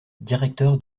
directeur